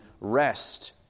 rest